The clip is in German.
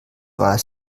war